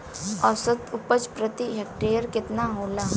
औसत उपज प्रति हेक्टेयर केतना होला?